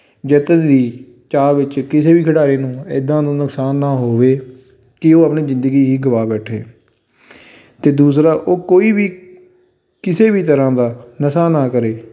ਜਿੱਤ ਦੀ ਚਾਹ ਵਿੱਚ ਕਿਸੇ ਵੀ ਖਿਡਾਰੀ ਨੂੰ ਇੱਦਾਂ ਦਾ ਨੁਕਸਾਨ ਨਾ ਹੋਵੇ ਕਿ ਉਹ ਆਪਣੀ ਜ਼ਿੰਦਗੀ ਹੀ ਗਵਾ ਬੈਠੇ ਅਤੇ ਦੂਸਰਾ ਉਹ ਕੋਈ ਵੀ ਕਿਸੇ ਵੀ ਤਰ੍ਹਾਂ ਦਾ ਨਸ਼ਾ ਨਾ ਕਰੇ